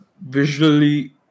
visually